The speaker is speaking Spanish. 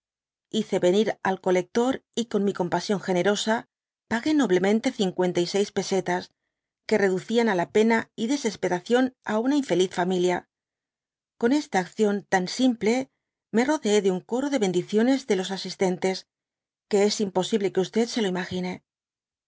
hice venir al colector y con mi compasión generosa pagué noblemente cincuenta y seis pesetas que reducian á la pena y desesperación á una infeliz familia con esta acción tan simple me rodeé de un coro de bendiciones de los asistentes y que es imposible que se lo imagine